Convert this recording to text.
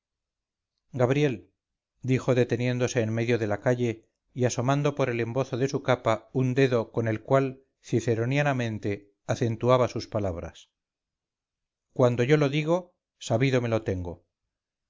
gabriel dijo deteniéndose en medio de la calle y asomando por el embozo de su capa un dedo con el cual ciceronianamente acentuabasus palabras cuando yo lo digo sabido me lo tengo